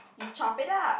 you chop it up